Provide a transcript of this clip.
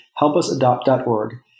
HelpUsAdopt.org